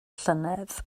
llynedd